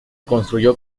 construyó